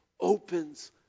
opens